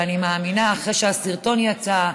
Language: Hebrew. אני מאמינה שאחרי שהסרטון יצא,